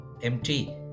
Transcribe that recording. empty